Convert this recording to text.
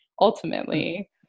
ultimately